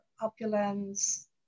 opulence